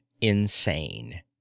insane